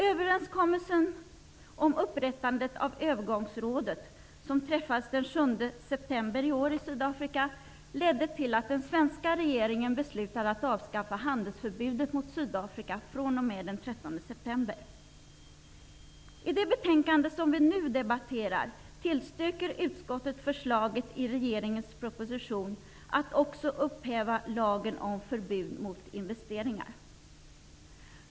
Överenskommelsen om upprättandet av övergångsrådet, som träffades den 7 september i år i Sydafrika, ledde till att den svenska regeringen beslutade att avskaffa handelsförbudet mot I det betänkande som vi nu debatterar tillstyrker utskottet förslaget i regeringens proposition om att också upphäva lagen om förbud mot investeringar.